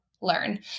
learn